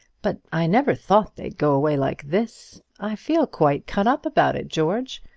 but i never thought they'd go away like this. i feel quite cut up about it, george.